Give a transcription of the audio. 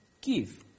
give